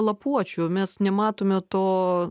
lapuočių mes nematome to